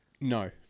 No